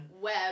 web